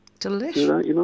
Delicious